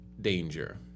danger